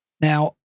Now